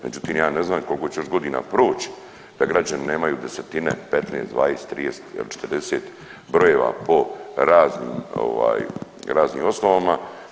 Međutim, ja ne znam koliko će još godina proći da građani nemaju desetine, 15, 20, 30 ili 40 brojeva po raznim ovaj, raznim osnovama.